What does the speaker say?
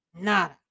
nada